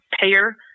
payer